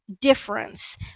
difference